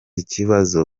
ikibazo